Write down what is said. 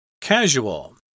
Casual